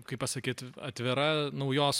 kaip pasakyt atvira naujos